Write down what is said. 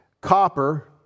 copper